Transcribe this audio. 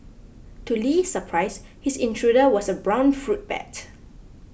to Li's surprise his intruder was a brown fruit bat